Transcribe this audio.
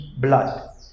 blood